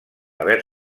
haver